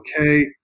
Okay